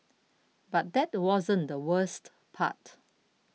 but that wasn't the worst part